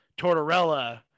Tortorella